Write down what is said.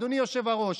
אדוני היושב-ראש,